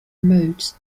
modes